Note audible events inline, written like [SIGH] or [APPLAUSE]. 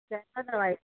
[UNINTELLIGIBLE]